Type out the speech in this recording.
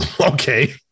okay